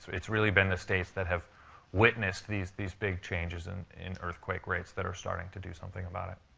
it's really been the states that have witnessed these these big changes and in earthquake rates that are starting to do something about it.